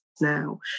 now